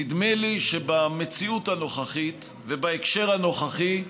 נדמה לי שבמציאות הנוכחית ובהקשר הנוכחי,